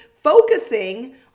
focusing